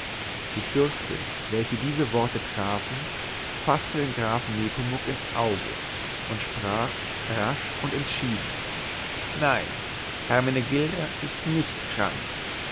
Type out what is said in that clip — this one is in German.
die fürstin welche diese worte trafen faßte den grafen nepomuk ins auge und sprach rasch und entschieden nein hermenegilda ist nicht krank